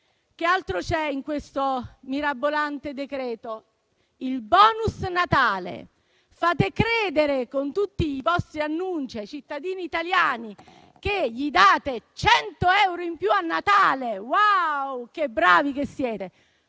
Che altro c'è in questo mirabolante decreto-legge? Il *bonus* Natale: fate credere con tutti i vostri annunci ai cittadini italiani che date loro 100 euro in più a Natale. Wow, che bravi che siete,